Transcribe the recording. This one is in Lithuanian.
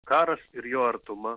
karas ir jo artuma